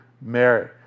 Mary